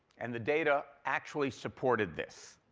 and the data actually supported this.